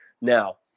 Now